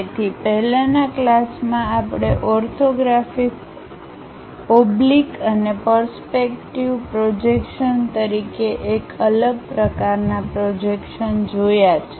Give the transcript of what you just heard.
તેથી પહેલાનાં ક્લાસમાં આપણે ઓર્થોગ્રાફિક ઓબ્લીક અને પરસ્પેક્ટીવ પ્રોજેક્શન તરીકે એક અલગ પ્રકારનાં પ્રોજેક્શન જોયાં છે